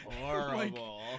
Horrible